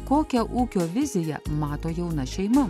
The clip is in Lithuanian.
kokią ūkio viziją mato jauna šeima